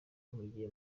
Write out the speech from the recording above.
mpugiye